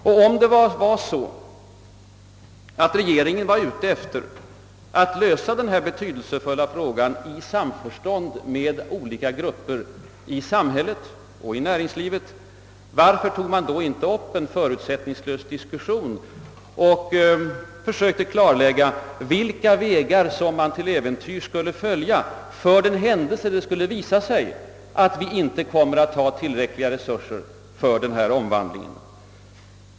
Om regeringen var ute efter att lösa detta betydelsefulla problem i samförstånd med olika grupper i samhället och i näringslivet, varför tog regeringen då inte upp en förutsättningslös diskussion och försökte klarlägga vilka vägar som till äventyrs skulle följas för den händelse det skulle visa sig att vi inte kommer att ha tillräckliga resurser för omvandlingen?